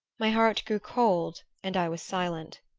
my heart grew cold and i was silent.